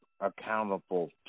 accountable